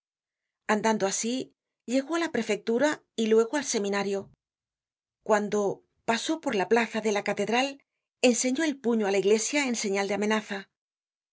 andando asi llegó á la prefectura y luego al seminario cuando pasó por la plaza de la catedral enseñó el puño á la iglesia en señal de amenaza en